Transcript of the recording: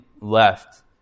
left